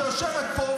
שיושבת פה,